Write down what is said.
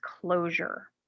closure